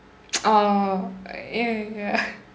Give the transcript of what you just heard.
oh ya ya ya ya